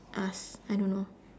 ask I don't know